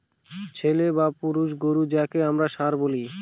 ছেলে বা পুরুষ গোরু যাকে আমরা ষাঁড় বলি